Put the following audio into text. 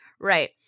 Right